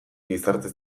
gizarte